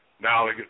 now